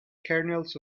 kernels